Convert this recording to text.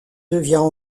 devient